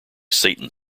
satan